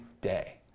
day